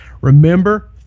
Remember